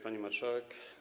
Pani Marszałek!